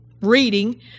reading